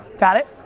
got it?